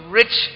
rich